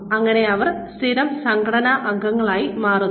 അങ്ങനെ അവർ സ്ഥിരം സംഘടനാ അംഗങ്ങളായി മാറുന്നു